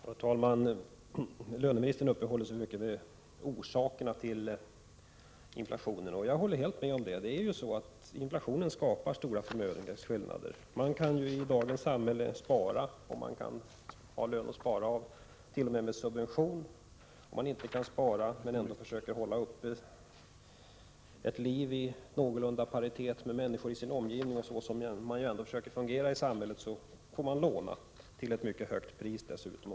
Herr talman! Löneministern uppehåller sig mycket vid orsakerna till inflationen. Jag håller helt med om att inflationen skapar stora förmögenhetsskillnader. Man kan i dagens samhälle spara, t.o.m. med subvention, om man har lön att spara av. Om man inte kan spara men ändå vill försöka leva ett liv i någorlunda paritet med människor i sin omgivning, får man låna — till ett mycket högt pris dessutom.